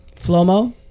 Flomo